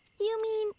you mean,